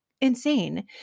insane